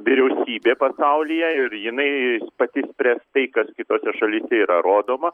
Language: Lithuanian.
vyriausybė pasaulyje ir jinai pati spręs tai kas kitose šalyse yra rodoma